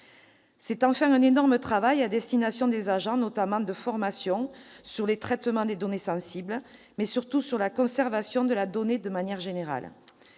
s'agit enfin d'un énorme travail à destination des agents, notamment en termes de formation sur le traitement des données sensibles et, surtout, sur la conservation des données de manière générale.